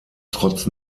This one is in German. trotz